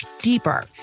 deeper